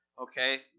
okay